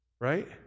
Right